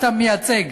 שאתה מייצג,